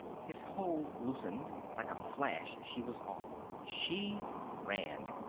his hold loosened. like a flash she was off. she ran.